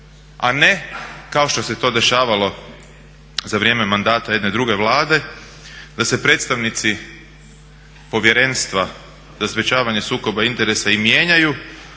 a ne kao što se to dešavalo za vrijeme mandata jedne druge Vlade da se predstavnici Povjerenstva za sprječavanje sukoba interesa i mijenjaju